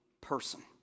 person